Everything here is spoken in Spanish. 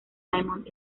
diamond